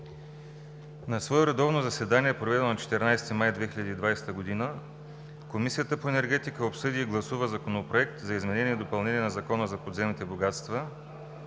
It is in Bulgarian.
„На свое редовно заседание, проведено на 14 май 2020 г., Комисията по енергетика обсъди и гласува Законопроект за изменение и допълнение на Закона за подземните богатства,